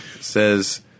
Says